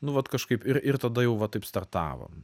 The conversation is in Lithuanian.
nu vat kažkaip ir ir tada jau va taip startavom